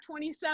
27